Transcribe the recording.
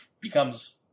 becomes